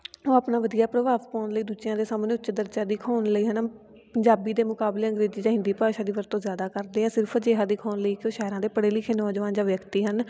ਉਹ ਆਪਣਾ ਵਧੀਆ ਪ੍ਰਭਾਵ ਪਾਉਣ ਲਈ ਦੂਜਿਆਂ ਦੇ ਸਾਹਮਣੇ ਉੱਚ ਦਰਜਾ ਦਿਖਾਉਣ ਲਈ ਹੈ ਨਾ ਪੰਜਾਬੀ ਦੇ ਮੁਕਾਬਲੇ ਅੰਗਰੇਜ਼ੀ ਜਾਂ ਹਿੰਦੀ ਭਾਸ਼ਾ ਦੀ ਵਰਤੋਂ ਜ਼ਿਆਦਾ ਕਰਦੇ ਆ ਸਿਰਫ ਅਜਿਹਾ ਦਿਖਾਉਣ ਲਈ ਕੁਛ ਸ਼ਹਿਰਾਂ ਦੇ ਪੜ੍ਹੇ ਲਿਖੇ ਨੌਜਵਾਨ ਜਾਂ ਵਿਅਕਤੀ ਹਨ